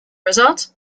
result